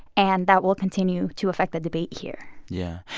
and that will continue to affect that debate here yeah.